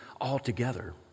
altogether